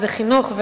וזה חינוך,